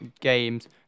games